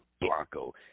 Blanco